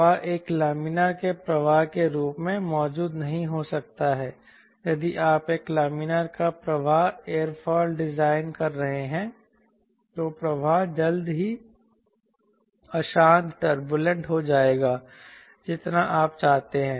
प्रवाह एक लामिना के प्रवाह के रूप में मौजूद नहीं हो सकता है यदि आप एक लामिना का प्रवाह एयरफॉइल डिजाइन कर रहे हैं तो प्रवाह जल्द ही अशांत टर्बूलेंट हो जाएगा जितना आप चाहते हैं